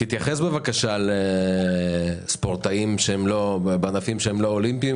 תתייחס בבקשה לספורטאים בענפים שהם לא אולימפיים